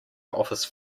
office